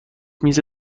میز